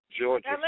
Georgia